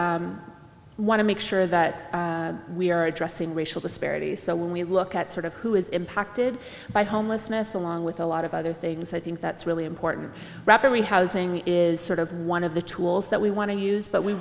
also want to make sure that we are addressing racial disparities so when we look at sort of who is impacted by homelessness along with a lot of other things i think that's really important wrapper we housing is sort of one of the tools that we want to use but we